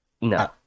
no